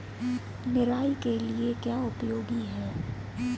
निराई के लिए क्या उपयोगी है?